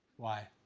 why.